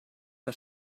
que